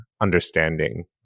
understanding